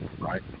Right